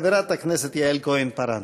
חברת הכנסת יעל כהן-פארן.